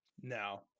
No